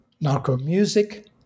narco-music